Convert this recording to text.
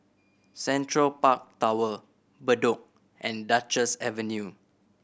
Central Park Tower Bedok and Duchess Avenue